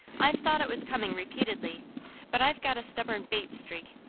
i've thought it was coming repeatedly but i've got a stubborn bates streak,